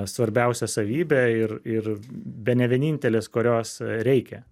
svarbiausia savybė ir ir bene vienintelės kurios reikia